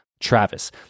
Travis